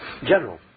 general